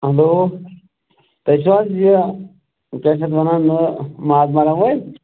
hello تُہۍ چھِو حظ یہِ کیٛاہ چھِ اَتھ وَنان ماز ماز دَگَن وٲلۍ